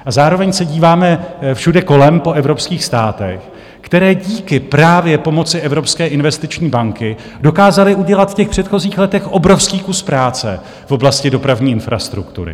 A zároveň se díváme všude kolem po evropských státech, které díky právě pomoci Evropské investiční banky dokázaly udělat v předchozích letech obrovský kus práce v oblasti dopravní infrastruktury.